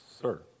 sir